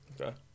Okay